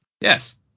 Yes